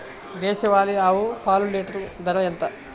దేశవాలీ ఆవు పాలు లీటరు ధర ఎంత?